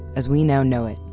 as we now know it,